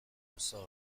gozo